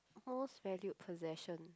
most valued possession